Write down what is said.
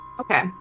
Okay